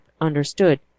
understood